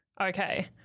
Okay